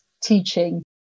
teaching